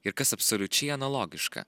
ir kas absoliučiai analogiška